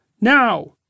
now